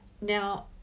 Now